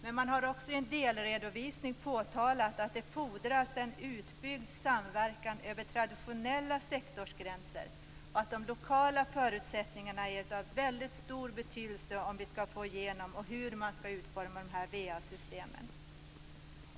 Men man har också i en delredovisning påpekat att det fordras en utbyggd samverkan över traditionella sektorsgränser och att de lokala förutsättningarna är av väldigt stor betydelse om vi skall få igenom detta och för hur vi skall utforma va-systemen.